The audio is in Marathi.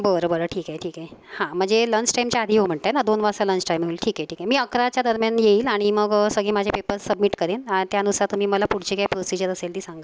बरं बरं ठीक आहे ठीक आहे हां म्हणजे लंच टाईमच्या आधी येऊ म्हणताय ना दोन वाजता लंच टाईम मिळून ठीक आहे ठीक आहे मी अकराच्या दरम्यान येईल आणि मग सगळी माझे पेपर्स सबमिट करेन आ त्यानुसार तुम्ही मला पुढचे काय प्रोसिजर असेल ती सांगा